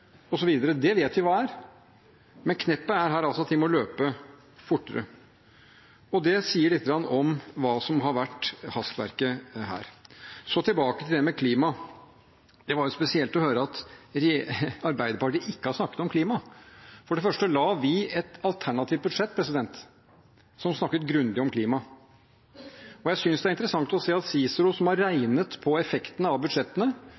syke osv. vet vi hva er, men kneppet her er altså at de må løpe fortere. Det sier litt om hva som har vært hastverket her. Så tilbake til klima: Det var spesielt å høre at Arbeiderpartiet ikke har snakket om klima. For det første la vi fram et alternativt budsjett som snakket grundig om klima. Og jeg synes det er interessant å se at CICERO, som har regnet på effektene av budsjettene